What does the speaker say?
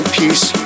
peace